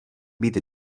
být